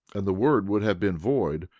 and the word would have been void,